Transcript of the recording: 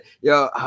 yo